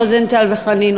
רוזנטל וחנין,